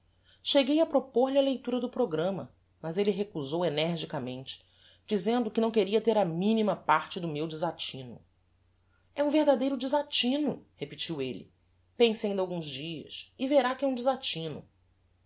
cheguei a propôr lhe a leitura do programma mas elle recusou energicamente dizendo que não queria ter a minima parte no meu desatino é um verdadeiro desatino repetiu elle pense ainda alguns dias e verá que é um desatino